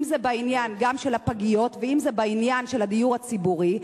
אם זה בעניין הפגיות ואם זה בעניין הדיור הציבורי.